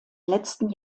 letzten